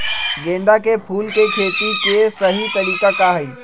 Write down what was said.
गेंदा के फूल के खेती के सही तरीका का हाई?